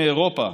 מאירופה?